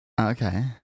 Okay